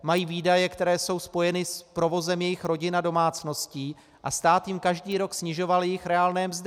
Mají výdaje, které jsou spojeny s provozem jejich rodin a domácností, a stát jim každý rok snižoval jejich reálné mzdy.